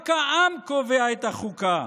רק העם קובע את החוקה.